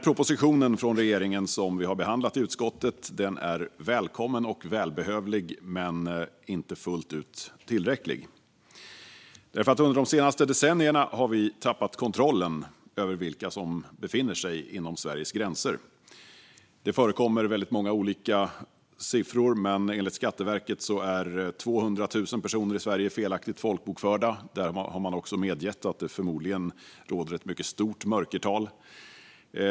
Propositionen från regeringen som vi har behandlat i utskottet är välkommen och välbehövlig men inte fullt ut tillräcklig eftersom vi under de senaste decennierna har tappat kontrollen över vilka som befinner sig inom Sveriges gränser. Det förekommer väldigt många olika siffor, men enligt Skatteverket är 200 000 personer i Sverige felaktigt folkbokförda. Man har också medgett att det förmodligen finns ett mycket stort mörkertal.